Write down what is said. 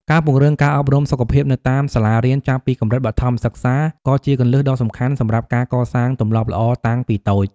ការពង្រឹងការអប់រំសុខភាពនៅតាមសាលារៀនចាប់ពីកម្រិតបឋមសិក្សាក៏ជាគន្លឹះដ៏សំខាន់សម្រាប់ការកសាងទម្លាប់ល្អតាំងពីតូច។